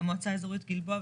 המועצה האזורית גלבוע,